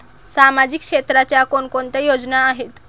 सामाजिक क्षेत्राच्या कोणकोणत्या योजना आहेत?